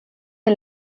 est